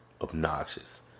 obnoxious